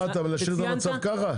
להשאיר את המצב ככה?